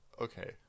Okay